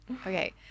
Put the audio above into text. Okay